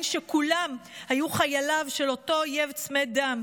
שכולם היו חייליו של אותו אויב צמא דם,